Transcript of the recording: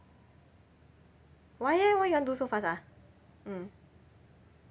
why eh why you want to do so fast ah mm